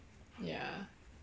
ya